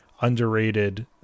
underrated